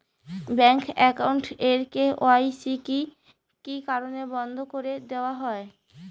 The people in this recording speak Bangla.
ব্যাংক একাউন্ট এর কে.ওয়াই.সি কি কি কারণে বন্ধ করি দেওয়া হয়?